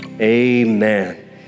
amen